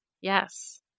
yes